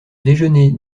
déjeuner